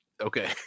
Okay